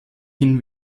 hin